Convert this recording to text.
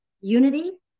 unity